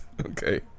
Okay